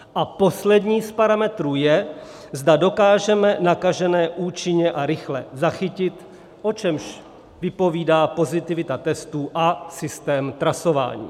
A poslední z parametrů je, zda dokážeme nakažené účinně a rychle zachytit, o čemž vypovídá pozitivita testů a systém trasování.